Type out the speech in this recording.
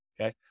Okay